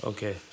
Okay